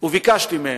וביקשתי מהם: